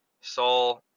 Saul